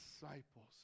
disciples